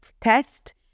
test